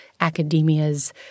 academia's